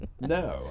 No